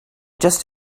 just